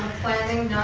planning,